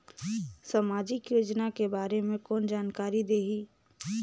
समाजिक योजना के बारे मे कोन जानकारी देही?